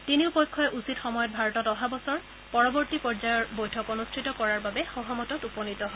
তিনিও পক্ষই উচিত সময়ত ভাৰতত অহা বছৰ পৰৱৰ্তী পৰ্যায়ৰ বৈঠক অনুষ্ঠিত কৰাৰ বাবে সহমতত উপনীত হয়